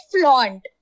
flaunt